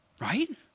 Right